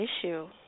issue